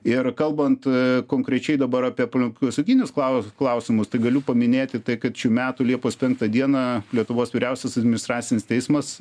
ir kalbant konkrečiai dabar apie aplinkosauginius klaus klausimus tai galiu paminėti tai kad šių metų liepos penktą dieną lietuvos vyriausias administracinis teismas